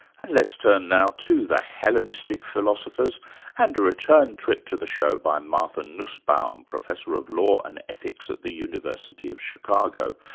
and let's turn now to the hellenistic philosophers and a return trip to the show by martha nussbaum, professor of law and ethics at the university of chicago,